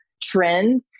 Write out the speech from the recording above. Trend